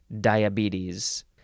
diabetes